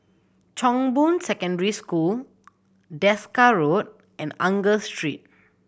Chong Boon Secondary School Desker Road and Angus Street